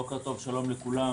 בוקר טוב, שלום לכולם,